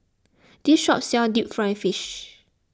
this shop sells Deep Fried Fish